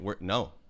no